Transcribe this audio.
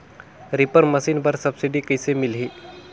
Reaper मशीन बर subsidy कइसे मिलही?